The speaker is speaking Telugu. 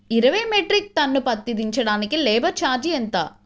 ఇరవై మెట్రిక్ టన్ను పత్తి దించటానికి లేబర్ ఛార్జీ ఎంత?